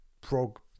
prog